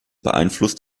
beeinflusst